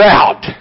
out